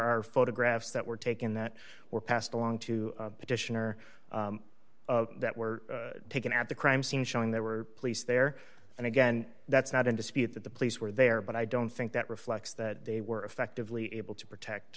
are photographs that were taken that were passed along to the petitioner that were taken at the crime scene showing there were police there and again that's not in dispute that the police were there but i don't think that reflects that they were effectively able to protect